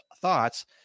thoughts